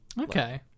Okay